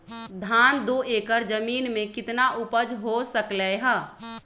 धान दो एकर जमीन में कितना उपज हो सकलेय ह?